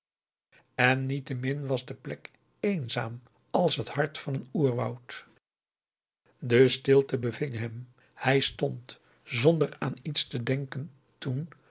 en niettemin was de plek eenzaam als het hart van een oerwoud de stilte beving hem hij stond zonder aan iets te denken toen